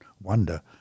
wonder